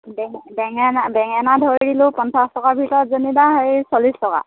বেঙেনা বেঙেনা ধৰিলোঁ পঞ্চাছ টকাৰ ভিতৰত যেনিবা হেৰি চল্লিছ টকা